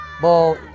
Ball